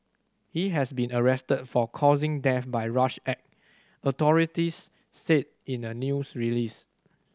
he has been arrested for causing death by rash act authorities said in a news release